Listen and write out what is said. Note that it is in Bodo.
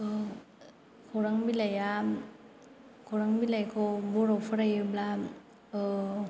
खौरां बिलाइया खौरां बिलाइखौ बर' फरायोब्ला